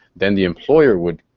then, the employer would,